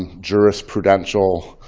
jurisprudential